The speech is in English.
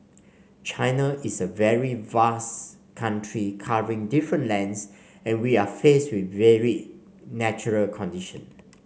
China is a very vast country covering different lands and we are faced with varied natural condition